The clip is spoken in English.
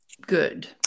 good